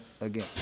again